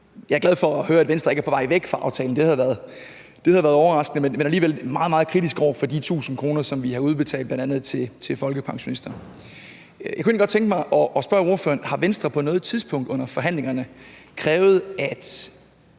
Jeg er glad for at høre, at Venstre ikke er på vej væk fra aftalen; det havde været overraskende. Men man er alligevel meget, meget kritisk over for det med de 1.000 kr., som vi har udbetalt til bl.a. folkepensionister. Jeg kunne egentlig godt tænke mig at spørge ordføreren: Har Venstre på noget tidspunkt under forhandlingerne krævet, at